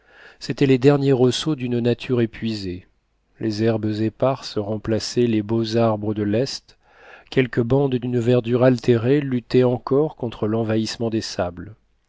c'étaient les derniers ressauts d'une nature épuisée les herbes éparses remplaçaient les beaux arbres de l'est quelques bandes d'une verdure altérée luttaient encore contre l'envahissement des sables